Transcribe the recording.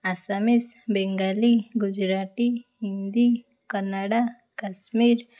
Assamese Bengali Gujarati Hindi Kannada Kashmir